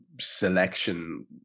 selection